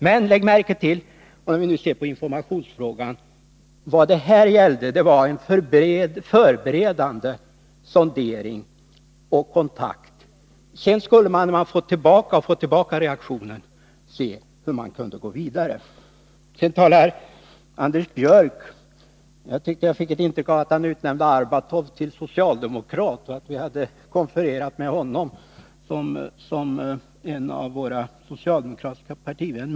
Men — om vi ser på informationsfrågan — lägg märke till att vad det här handlade om var en förberedande sondering och kontakt! När man fått en reaktion på denna sondering skulle man se på hur man skulle gå vidare. Jag fick ett intryck av att Anders Björck i sin replik utnämnde Arbatov till socialdemokrat. Anders Björck nämnde Arbatov i samband att han sade att vi hade konfererat med våra socialdemokratiska partivänner.